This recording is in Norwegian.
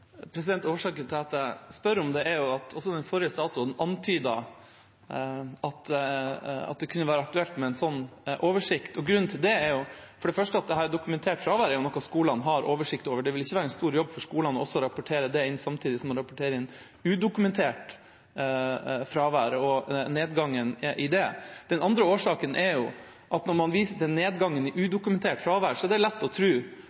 Årsaken til at jeg spør om det, er at også den forrige statsråden antydet at det kunne være aktuelt med en slik oversikt. Grunnen til det er for det første at dokumentert fravær er noe som skolene har oversikt over, og det ville ikke være en stor jobb for dem å rapportere det inn samtidig som man rapporterer inn det udokumenterte fraværet og nedgangen i det. Den andre årsaken er at når man viser til nedgangen i det udokumenterte fraværet, er det lett å